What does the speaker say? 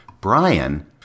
Brian